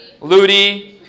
Ludi